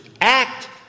act